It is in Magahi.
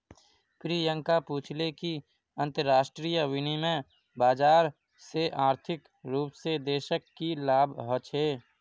प्रियंका पूछले कि अंतरराष्ट्रीय विनिमय बाजार से आर्थिक रूप से देशक की लाभ ह छे